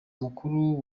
mukuru